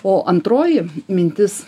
o antroji mintis